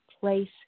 place